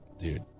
dude